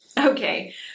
Okay